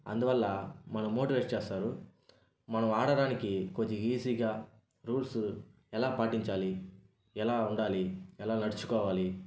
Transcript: అందువల్ల మనం మోటివేట్ చేస్తారు మనం ఆడడానికి కొద్ది ఈజీగా రూల్స్ ఎలా పాటించాలి ఎలా ఉండాలి ఎలా నడుచుకోవాలి